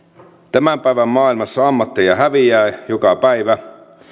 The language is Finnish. tämän päivän maailmassa ammatteja häviää joka päivä